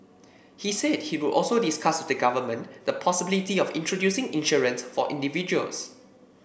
he said he would also discuss with the government the possibility of introducing insurance for individuals